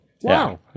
Wow